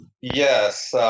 Yes